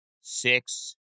six